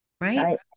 Right